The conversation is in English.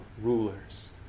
rulers